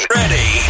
ready